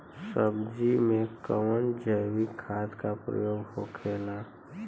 सब्जी में कवन जैविक खाद का प्रयोग होखेला?